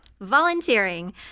Volunteering